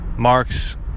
Mark's